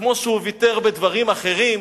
וכמו שהוא ויתר בדברים אחרים,